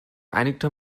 einigte